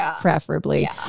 preferably